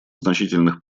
значительных